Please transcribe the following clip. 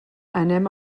anem